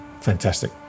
fantastic